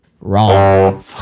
wrong